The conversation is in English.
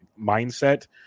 mindset